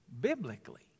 biblically